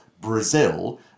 Brazil